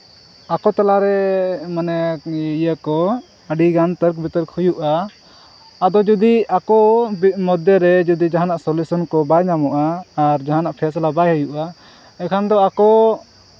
ᱟᱠᱚ ᱛᱟᱞᱟᱨᱮ ᱢᱟᱱᱮ ᱤᱭᱟᱹ ᱠᱚ ᱟᱹᱰᱤᱜᱟᱱ ᱛᱚᱨᱠᱚ ᱵᱤᱛᱚᱨᱠᱚ ᱦᱩᱭᱩᱜᱼᱟ ᱟᱫᱚ ᱡᱩᱫᱤ ᱟᱠᱚ ᱢᱚᱫᱽᱫᱷᱮ ᱨᱮ ᱡᱩᱫᱤ ᱡᱟᱦᱟᱱᱟᱜ ᱥᱳᱞᱤᱥᱚᱱ ᱠᱚ ᱵᱟᱭ ᱧᱟᱢᱚᱜᱼᱟ ᱟᱨ ᱡᱟᱦᱟᱱᱟᱜ ᱯᱷᱮᱭᱥᱚᱞᱟ ᱵᱟᱭ ᱦᱩᱭᱩᱜᱼᱟ ᱮᱱᱠᱷᱟᱱ ᱫᱚ ᱟᱠᱚ